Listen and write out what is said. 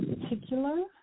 particular